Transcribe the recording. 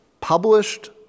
published